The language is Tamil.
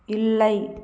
இல்லை